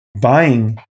buying